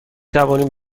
توانیم